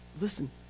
Listen